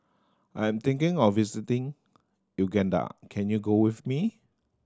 I'm thinking of visiting Uganda can you go with me